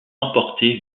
emportée